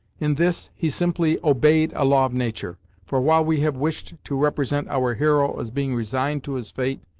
in this, he simply obeyed a law of nature for while we have wished to represent our hero as being resigned to his fate,